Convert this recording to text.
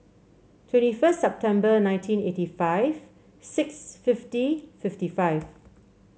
twenty first September nineteen eighty five six fifty fifty five